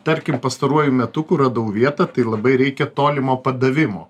tarkim pastaruoju metu kur radau vietą tai labai reikia tolimo padavimo